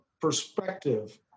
perspective